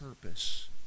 purpose